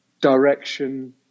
direction